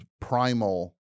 primal